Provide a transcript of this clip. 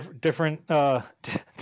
different